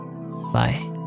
Bye